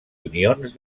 unions